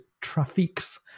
Traffics